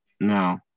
no